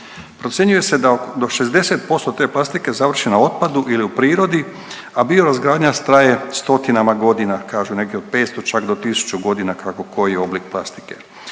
Procjenjuje se da do 60% te plastike završi na otpadu ili u prirodi, a biorazgradnja još traje stotinama godina kažu neki od 500 čak do 1000 godina kako koji oblik plastike.